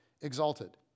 exalted